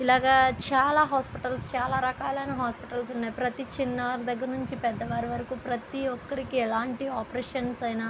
ఇలాగా చాలా హాస్పిటల్స్ చాలా రకాలైన హాస్పిటల్స్ ప్రతి చిన్నవారి నుండి పెద్దవారి వరకు ఎటువంటి ఆపరేషన్స్ అయినా